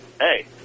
Hey